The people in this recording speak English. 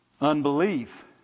Unbelief